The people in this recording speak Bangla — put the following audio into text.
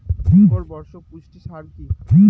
শিকড় বর্ধক পুষ্টি সার কি?